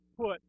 put